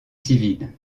civiles